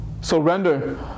Surrender